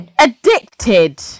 Addicted